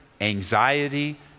anxiety